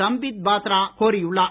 சம்பீத் பாத்ரா கோரியுள்ளார்